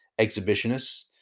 exhibitionists